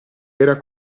era